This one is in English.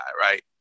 right